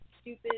stupid